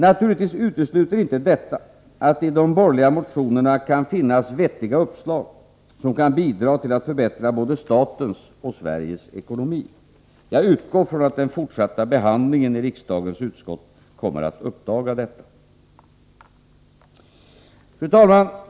Naturligtvis utesluter inte detta att det i de borgerliga motionerna kan finnas vettiga uppslag, som kan bidra till att förbättra både statens och Sveriges ekonomi. Jag utgår från att den fortsatta behandlingen i riksdagens utskott kommer att uppdaga detta. Fru talman!